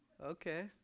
okay